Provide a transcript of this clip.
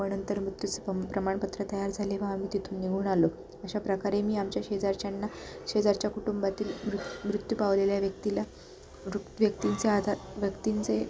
मग नंतर मृत्यूचं प्रम प्रमाणपत्र तयार झाले व आम्ही तिथून निघून आलो अशाप्रकारे मी आमच्या शेजारच्यांना शेजारच्या कुटुंबातील वृ मृत्यू पावलेल्या व्यक्तीला वृ व्यक्तींचे आधार व्यक्तींचे